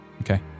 Okay